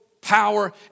power